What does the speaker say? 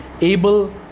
able